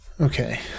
okay